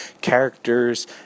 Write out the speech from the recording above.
characters